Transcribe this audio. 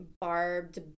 barbed